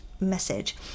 message